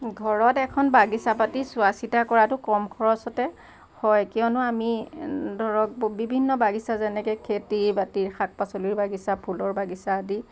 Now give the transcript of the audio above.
ঘৰত এখন বাগিচা পাতি চোৱা চিতা কৰাতো কম খৰচতে হয় কিয়নো আমি ধৰক বিভিন্ন বাগিচা যেনেকে খেতি বাতিৰ শাক পাচলিৰ বাগিচা ফুলৰ বাগিচা আদি